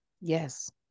Yes